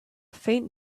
faint